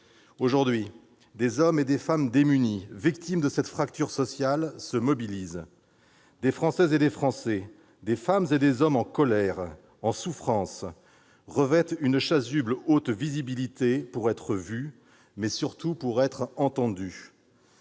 Aujourd'hui, des hommes et des femmes démunies, victimes de cette fracture sociale, se mobilisent. Des Françaises et des Français, des femmes et des hommes en colère, en souffrance, revêtent une chasuble haute visibilité pour être vus, mais, surtout, pour être entendus.